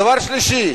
דבר שלישי,